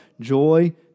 joy